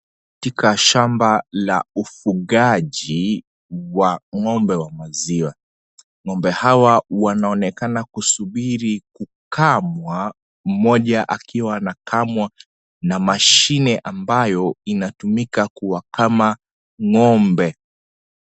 Katika shamba la ufugaji wa ng'ombe wa maziwa, ng'ombe hawa wanaonekana kusubiri kukamwa mmoja akiwa anakamwa na mashine ambayo inatumika kuwakama ng'ombe.